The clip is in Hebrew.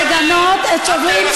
גברתי,